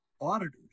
auditors